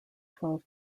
twelve